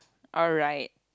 alright